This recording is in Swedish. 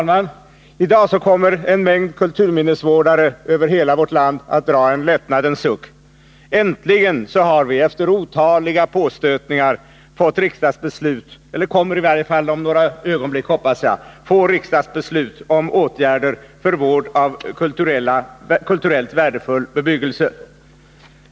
Herr talman! I dag kommer en mängd kulturminnesvårdare över hela vårt land att dra en lättnadens suck: Äntligen har vi, efter otaliga påstötningar, fått riksdagsbeslut — eller vi kommer i varje fall om några ögonblick, hoppas jag, att få riksdagsbeslut — om åtgärder för vård av kulturellt värdefull bebyggelse.